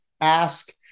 ask